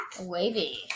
Wavy